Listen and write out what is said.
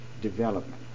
development